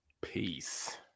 Peace